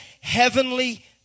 heavenly